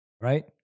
Right